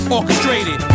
Orchestrated